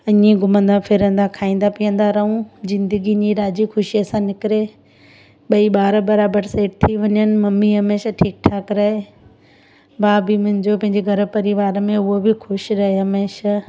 हीअंई हमेशह घुमंदा फिरंदा खाइंदा पीअंदा रहूं ज़िंदगी हीअं राज़ी खुशीअ सां निकिरे ॿई ॿार बराबरि सेट थी वञनि मम्मी हमेशह ठीकु ठाकु रहे भाउ बि मुंहिंजो पंहिंजे घर परिवार में उहो बि ख़ुश रहे हमेशह